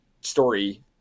story